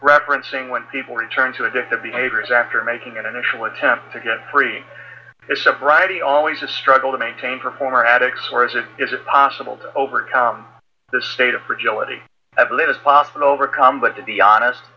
referencing when people return to addictive behaviors after making initial attempts to get free sobriety always a struggle to maintain for former addicts whereas it is possible to overcome the state of fragility of lives possible overcome but to be honest